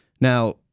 Now